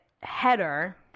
header